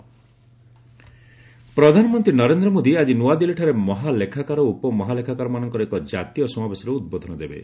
PM Modi conclave ପ୍ରଧାନମନ୍ତ୍ରୀ ନରେନ୍ଦ୍ର ମୋଦୀ ଆଜି ନୂଆଦିଲ୍ଲୀଠାରେ ମହାଲେଖାକାର ଓ ଉପମହାଲେଖାକାରମାନଙ୍କର ଏକ ଜାତୀୟ ସମାବେଶରେ ଉଦ୍ବୋଧନ ଦେବେ